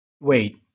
Wait